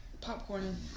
popcorn